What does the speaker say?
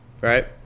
right